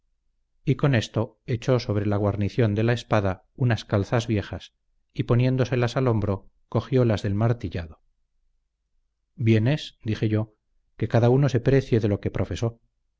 y con esto echó sobre la guarnición de la espada unas calzas viejas y poniéndoselas al hombro cogió las del martillado bien es dije yo que cada uno se precie de lo que profesó